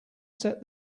set